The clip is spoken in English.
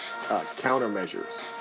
countermeasures